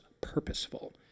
purposeful